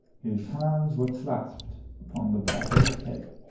his hands were clasped upon the back of his head.